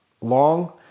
long